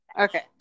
Okay